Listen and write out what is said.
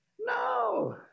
No